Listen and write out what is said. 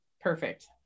Perfect